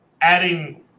adding